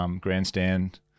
grandstand